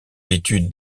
l’étude